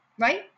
right